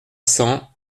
cent